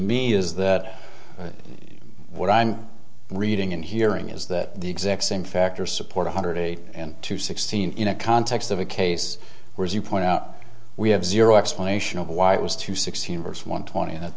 me is that what i'm reading and hearing is that the exact same factors support one hundred eight to sixteen in a context of a case where as you point out we have zero explanation of why it was to sixteen years one twenty and